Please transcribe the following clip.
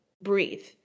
breathe